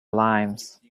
limes